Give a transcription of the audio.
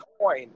coin